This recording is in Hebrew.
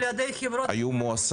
יואל,